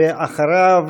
אחריו,